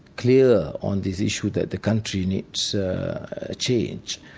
clear on this issue that the country needs a change,